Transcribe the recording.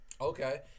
Okay